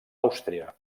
àustria